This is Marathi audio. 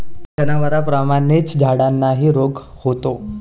जनावरांप्रमाणेच झाडांनाही रोग होतो